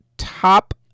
Top